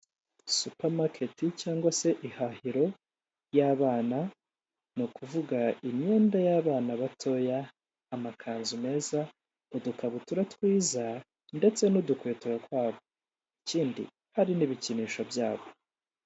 Supamaketi cyangwa se ihahiro y'abana ni ukuvuga imyenda y'abana batoya amakanzu meza, udukabutura twiza ndetse n'udukweto twabo ikindi hari n'ibikinisho byabo.